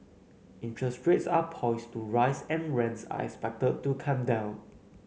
interest rates are poised to rise and rents are expected to come down